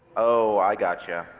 oh, i gotcha.